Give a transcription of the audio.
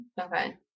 Okay